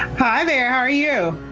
hi there are you.